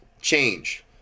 change